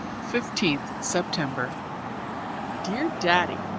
fifteenth september dear daddy,